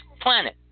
planet